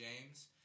James